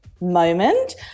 moment